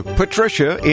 patricia